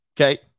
okay